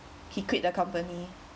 he quit the company